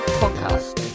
podcast